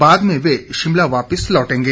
बाद में वे शिमला वापिस लौटेंगे